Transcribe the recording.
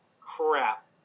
crap